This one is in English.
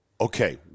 okay